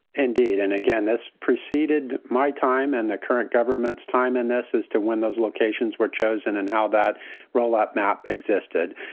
indeed. and again, that's preceded my time and the current government's time in this as to when those locations were chosen and how that rollout map existed.